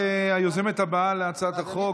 היוזמת הבאה להצעת החוק.